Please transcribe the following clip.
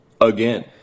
again